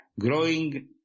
growing